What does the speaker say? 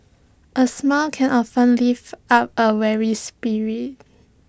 A smile can often lift up A weary spirit